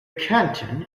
canton